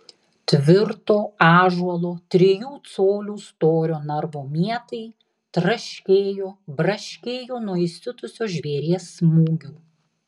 tvirto ąžuolo trijų colių storio narvo mietai traškėjo braškėjo nuo įsiutusio žvėries smūgių